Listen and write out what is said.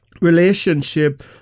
relationship